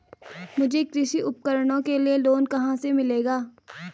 मुझे कृषि उपकरणों के लिए लोन कहाँ से मिलेगा?